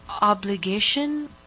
Obligation